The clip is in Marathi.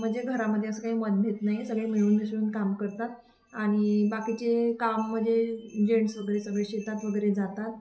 म्हणजे घरामध्ये असं काही मतभेद नाही सगळे मिळून मिसळून काम करतात आणि बाकीचे काम म्हणजे जेंट्स वगैरे सगळे शेतात वगैरे जातात